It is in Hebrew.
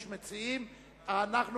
האחד,